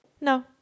no